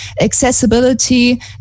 Accessibility